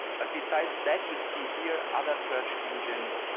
but besides that you see here other search engines,